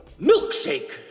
milkshake